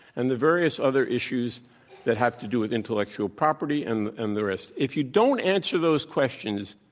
and the various other issues that have to do with intellectual property and and the rest. if you don't answer those questions,